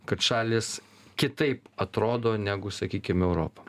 kad šalys kitaip atrodo negu sakykim europa